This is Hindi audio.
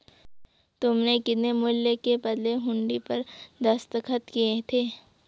तुमने कितने मूल्य के बदले हुंडी पर दस्तखत किए थे?